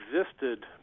existed